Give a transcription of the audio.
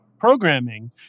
programming